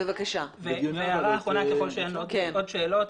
הערה אחרונה, ככל שאין עוד שאלות.